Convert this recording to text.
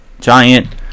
giant